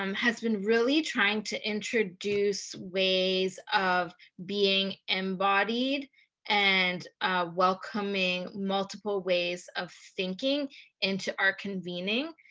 um has been really trying to introduce ways of being embodied and welcoming multiple ways of thinking into our convening.